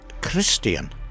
christian